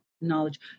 knowledge